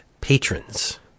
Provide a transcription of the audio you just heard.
patrons